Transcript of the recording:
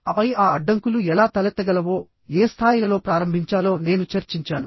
ఆపై ఆ అడ్డంకులు ఎలా తలెత్తగలవోఏ స్థాయిలలో ప్రారంభించాలో నేను చర్చించాను